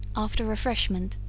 after refreshment,